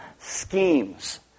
schemes